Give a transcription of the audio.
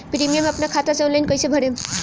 Premium अपना खाता से ऑनलाइन कईसे भरेम?